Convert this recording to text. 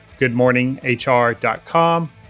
goodmorninghr.com